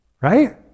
Right